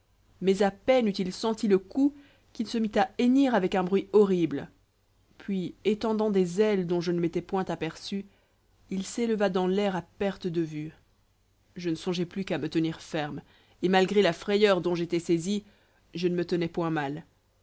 mais à peine eut-il senti le coup qu'il se mit à hennir avec un bruit horrible puis étendant des ailes dont je ne m'étais point aperçu il s'éleva dans l'air à perte de vue je ne songeai plus qu'à me tenir ferme et malgré la frayeur dont j'étais saisi je ne me tenais point mal